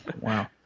Wow